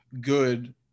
good